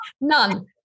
none